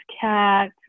cat